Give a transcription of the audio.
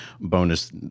bonus